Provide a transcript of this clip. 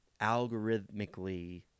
algorithmically